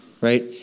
right